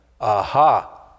aha